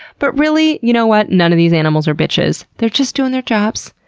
but really, you know what? none of these animals are bitches. they're just doing their jobs,